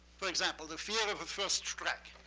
for example, the fear of a first strike.